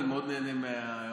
אני מאוד נהנה מההערות,